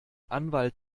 anwalt